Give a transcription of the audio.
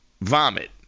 vomit